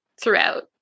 throughout